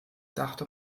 dachte